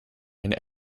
and